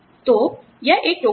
तो यह एक टोकरी है